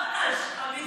ממש, אמיתי.